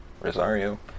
Rosario